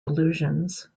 delusions